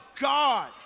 God